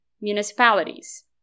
municipalities